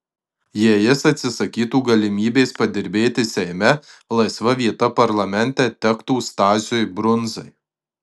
jei jis atsisakytų galimybės padirbėti seime laisva vieta parlamente tektų stasiui brundzai